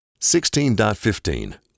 16.15